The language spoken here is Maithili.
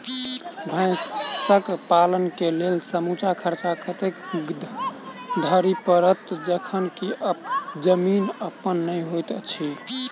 भैंसक पालन केँ लेल समूचा खर्चा कतेक धरि पड़त? जखन की जमीन अप्पन नै होइत छी